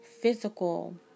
physical